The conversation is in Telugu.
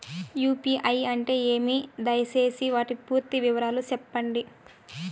యు.పి.ఐ అంటే ఏమి? దయసేసి వాటి పూర్తి వివరాలు సెప్పండి?